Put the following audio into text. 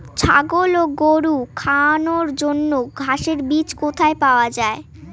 ছাগল ও গরু খাওয়ানোর জন্য ঘাসের বীজ কোথায় পাওয়া যায়?